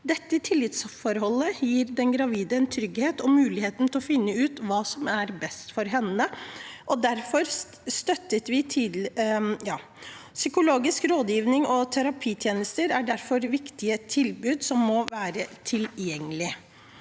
Dette tillitsforholdet gir den gravide en trygghet og muligheten til å finne ut hva som er best for henne. Psykologisk rådgivning og terapitjenester er derfor viktige tilbud som må være tilgjengelig.